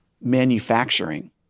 manufacturing